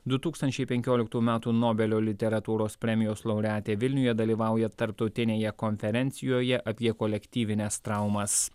du tūkstančiai penkioliktų metų nobelio literatūros premijos laureatė vilniuje dalyvauja tarptautinėje konferencijoje apie kolektyvines traumas